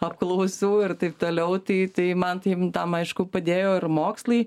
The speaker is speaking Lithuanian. apklausų ir taip toliau tai tai man tai tam aišku padėjo ir mokslai